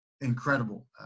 incredible